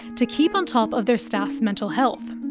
to keep on top of their staff's mental health.